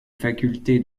facultés